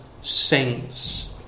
saints